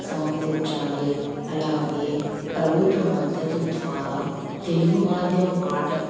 సమకూర్చాలి అలాగే ప్రభుత్వ మద్దతు ద్వారా తెలుగు మాధ్యమ పాఠ